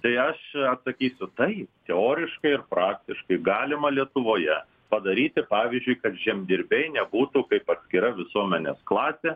tai aš atsakysiu taip teoriškai ir praktiškai galima lietuvoje padaryti pavyzdžiui kad žemdirbiai nebūtų kaip atskira visuomenės klasė